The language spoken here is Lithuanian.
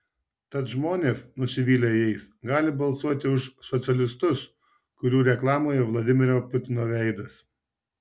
tad žmonės nusivylę jais gali balsuoti už socialistus kurių reklamoje vladimiro putino veidas